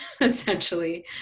essentially